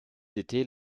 étaient